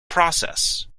process